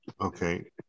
okay